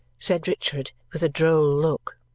said richard with a droll look.